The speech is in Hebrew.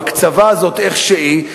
ההקצבה הזאת איך שהיא,